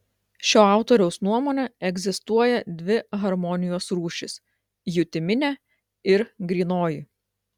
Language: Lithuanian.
šio autoriaus nuomone egzistuoja dvi harmonijos rūšys jutiminė ir grynoji